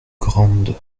grande